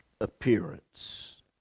appearance